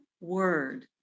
word